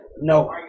No